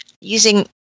using